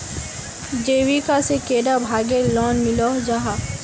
जीविका से कैडा भागेर लोन मिलोहो जाहा?